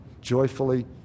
joyfully